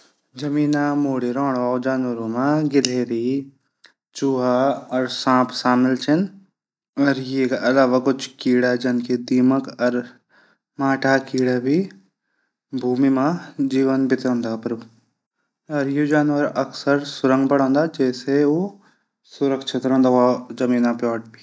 जमीना मुडी रैंण वाला जानवरो मा गिलहरी चूहा. सांप छन। एक अलावा जन कुछ कीडा दीमक माटा कीडा भी। भूमी मा जीवन बितांदन।